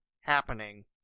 happening